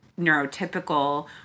neurotypical